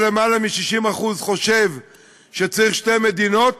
שלמעלה מ-50% חושבים שצריך שתי מדינות